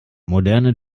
moderne